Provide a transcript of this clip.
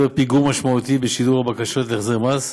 פיגור משמעותי בשידור הבקשות להחזרי מס,